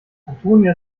antonia